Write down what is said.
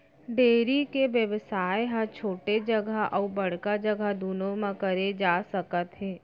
dairy के बेवसाय ह छोटे जघा अउ बड़का जघा दुनों म करे जा सकत हे